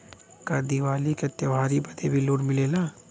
का दिवाली का त्योहारी बदे भी लोन मिलेला?